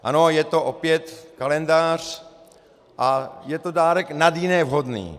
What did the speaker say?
Ano, je to opět kalendář a je to dárek nad jiné vhodný.